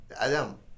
Adam